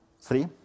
Three